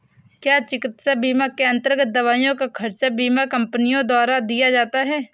क्या चिकित्सा बीमा के अन्तर्गत दवाइयों का खर्च बीमा कंपनियों द्वारा दिया जाता है?